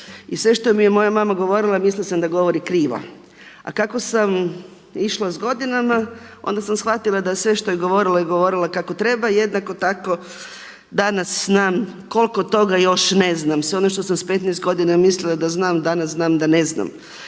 i sve što mi je moja mama govorila mislila sam da govori krivo. A kako sam išla sa godinama, onda sam shvatila da sve što je govorila je govorila kako treba i jednako tako danas znam koliko toga još ne znam. Sve ono što sam sa 15 godina mislila da znam, danas znam da ne znam.